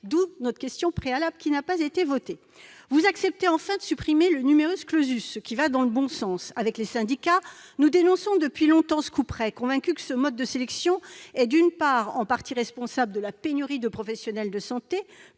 à opposer la question préalable, qui a été rejetée. Vous acceptez enfin de supprimer le, ce qui va dans le bon sens. Avec les syndicats, nous dénonçons depuis longtemps ce couperet, convaincus que ce mode de sélection, d'une part, est responsable de la pénurie de professionnels de santé